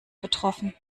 betroffen